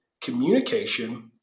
communication